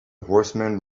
horseman